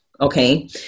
okay